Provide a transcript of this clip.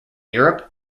europe